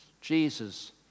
Jesus